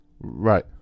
Right